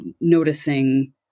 noticing